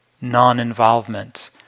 non-involvement